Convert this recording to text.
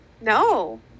No